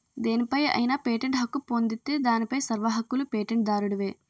దేనిపై అయినా పేటెంట్ హక్కు పొందితే దానిపై సర్వ హక్కులూ పేటెంట్ దారుడివే